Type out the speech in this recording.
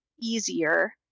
easier